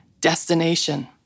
destination